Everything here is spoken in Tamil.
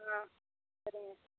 ஆ சரிங்க